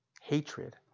Hatred